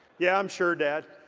yeah, i'm sure dad